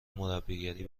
مربیگری